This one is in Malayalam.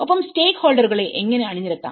ഒപ്പം സ്റ്റേക്ക് ഹോൾഡറുകളെ എങ്ങനെ അണിനിരത്താം